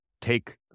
take